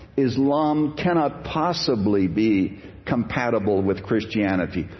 islam cannot possibly be compatible with christianity.